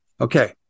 Okay